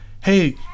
hey